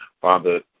Father